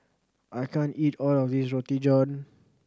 I can't eat all of this Roti John